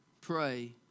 Pray